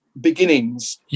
beginnings